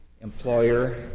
employer